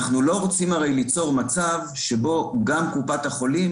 אנחנו לא רוצים הרי ליצור מצב שבו גם לקופת החולים